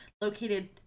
located